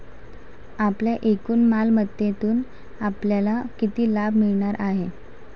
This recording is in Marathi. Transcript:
आपल्या एकूण मालमत्तेतून आपल्याला किती लाभ मिळणार आहे?